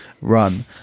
run